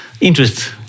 interest